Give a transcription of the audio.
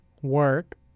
work